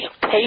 pay